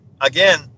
again